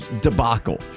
debacle